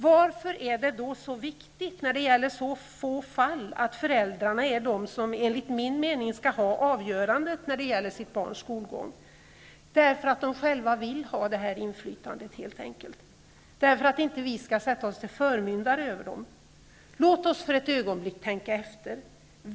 Varför är det då så viktigt, när det gäller så få fall, att föräldrarna är de som enligt min mening skall ha avgörandet när det gäller sitt barns skolgång? Det är helt enkelt därför att de själva vill ha detta inflytande, därför att vi inte skall sätta oss till förmyndare över dem. Låt oss för ett ögonblick tänka efter.